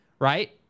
right